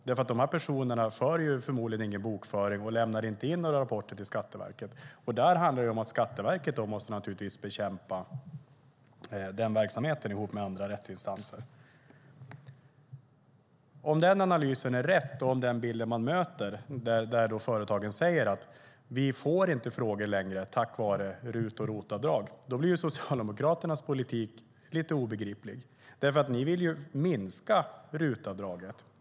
Dessa personer har förmodligen ingen bokföring och lämnar inte in några rapporter till Skatteverket. Där handlar det om att Skatteverket måste bekämpa den verksamheten ihop med andra rättsinstanser. Om analysen av den bilden är riktig, där företagen säger att de tack vare RUT och ROT-avdraget inte får frågor längre, blir Socialdemokraternas politik obegriplig. Ni vill minska RUT-avdraget.